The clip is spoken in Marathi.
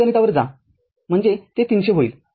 तर त्या गणितावर जा म्हणजे ते ३०० होईल